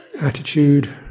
attitude